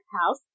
house